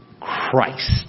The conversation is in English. Christ